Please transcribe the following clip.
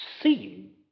seen